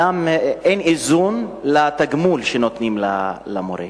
אין איזון עם התגמול שנותנים למורה.